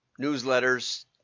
newsletters